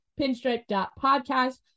pinstripe.podcast